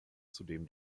zudem